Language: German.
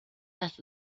das